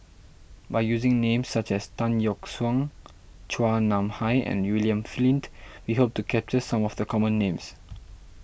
by using names such as Tan Yeok Seong Chua Nam Hai and William Flint we hope to capture some of the common names